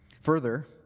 Further